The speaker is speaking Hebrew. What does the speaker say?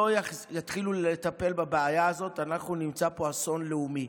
אם לא יתחילו לטפל בבעיה הזאת אנחנו נמצא פה אסון לאומי.